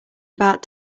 about